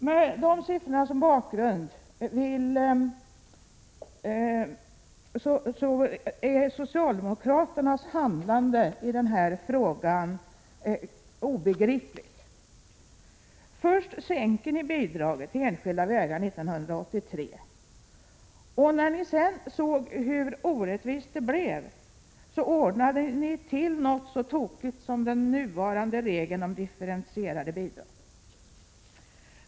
Med de siffrorna som bakgrund är socialdemokraternas handlande i den här frågan obegripligt. Först sänkte ni bidraget till enskilda vägar 1983. När ni sedan såg hur orättvist det blev, ordnade ni till något så tokigt som den nuvarande regeln om differentierade bidrag.